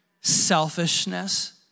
selfishness